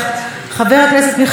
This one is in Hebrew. חבר הכנסת מאיר כהן,